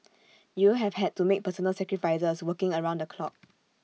you have had to make personal sacrifices working around the clock